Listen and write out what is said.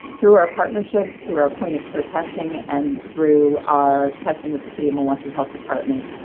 through our partnership, through our point of care testing, and through our testing with the city of milwaukee health department,